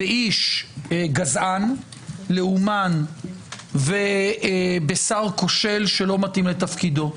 באיש גזען, לאומן ובשר כושל שלא מתאים לתפקידו.